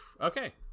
Okay